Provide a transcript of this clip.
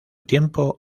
tiempo